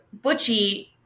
Butchie